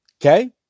Okay